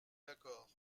d’accord